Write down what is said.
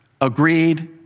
agreed